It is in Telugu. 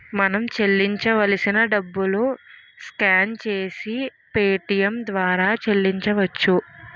మనం చెల్లించాల్సిన డబ్బులు స్కాన్ చేసి పేటియం ద్వారా చెల్లించవచ్చు